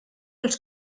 els